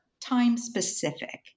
time-specific